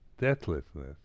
deathlessness